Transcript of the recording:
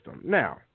Now